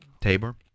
Tabor